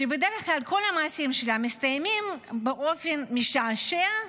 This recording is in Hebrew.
שבדרך כלל מסתיימים באופן משעשע,